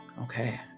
Okay